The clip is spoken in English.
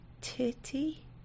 Titty